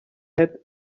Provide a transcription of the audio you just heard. had